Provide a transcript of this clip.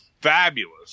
fabulous